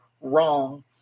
wrong